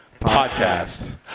Podcast